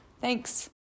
Thanks